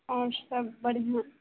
आओर सब बढ़िआँ